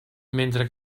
mentre